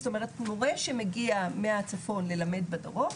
זאת אומרת מורה שמגיע מהצפון ללמד בדרום,